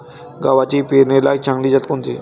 गव्हाची पेरनीलायक चांगली जात कोनची?